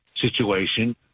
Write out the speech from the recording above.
situation